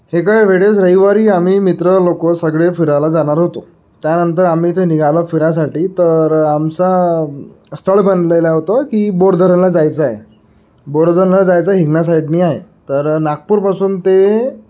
एका वेळेस रविवारी आम्ही मित्र लोकं सगळे फिरायला जाणार होतो त्यानंतर आम्ही इथे निघायला फिरायसाठी तर आमचा स्थळ बनलेला होतं की बोरधरणला जायचं आहे बोरधरणला जायचं हिंगना साईडने आहे तर नागपूरपासून ते